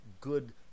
good